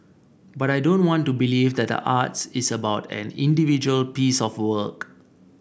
but I don't want to believe that the arts is about an individual piece of work